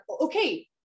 okay